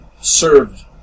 served